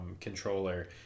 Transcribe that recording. controller